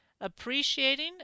Appreciating